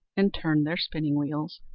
and turned their spinning-wheels,